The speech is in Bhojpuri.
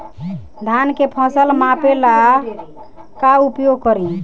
धान के फ़सल मापे ला का उपयोग करी?